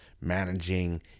managing